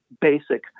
basic